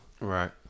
right